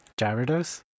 Gyarados